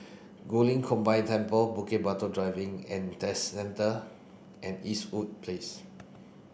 Guilin Combined Temple Bukit Batok Driving and Test Centre and Eastwood Place